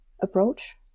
approach